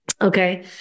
Okay